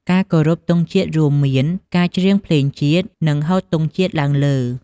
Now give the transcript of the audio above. ការគោរពទង់ជាតិរួមមានការច្រៀងភ្លេងជាតិ និងហូតទង់ជាតិឡើងលើ។